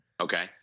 Okay